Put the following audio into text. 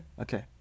Okay